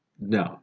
No